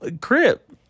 Crip